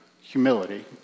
humility